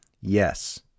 Yes